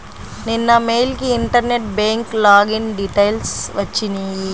నిన్న మెయిల్ కి internet bank login details వచ్చినియ్యి